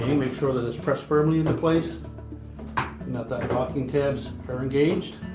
make sure that it's pressed firmly into place and that the locking tabs are engaged.